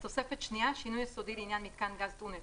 תוספת שנייה (סעיפים 2(א)(2) ו- (ב)(4)